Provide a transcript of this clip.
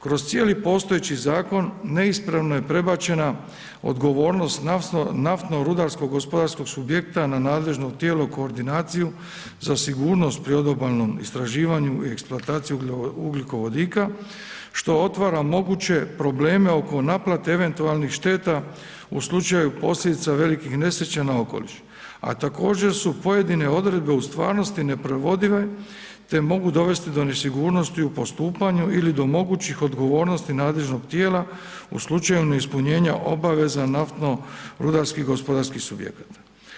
Kroz cijeli postojeći zakon neispravno je prebačena odgovornost naftno rudarsko gospodarskog subjekta na nadležno tijelo koordinaciju za sigurnost pri odobalnom istraživanju i eksploataciji ugljikovodika što otvara moguće probleme oko naplate eventualnih šteta u slučaju posljedica velikih nesreća na okoliš, a također su pojedine odredbe u stvarnosti neprovodive, te mogu dovesti do nesigurnosti u postupanju ili do mogućih odgovornosti nadležnog tijela u slučaju neispunjenja obaveza naftno rudarskih gospodarskih subjekata.